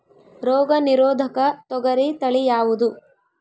ರೋಗ ನಿರೋಧಕ ತೊಗರಿ ತಳಿ ಯಾವುದು?